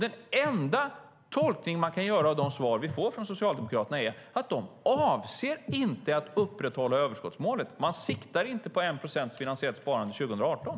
Den enda tolkning man kan göra av de svar vi får från Socialdemokraterna är att de inte avser att upprätthålla överskottsmålet. De siktar inte på 1 procents finansiellt sparande 2018.